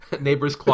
Neighbors